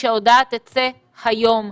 כשההודעה תצא היום.